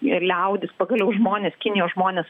ir liaudis pagaliau žmonės kinijos žmonės